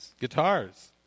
guitars